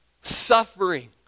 Suffering